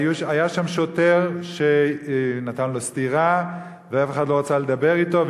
והיה שם שוטר שנתן לו סטירה ואף אחד לא רצה לדבר אתו,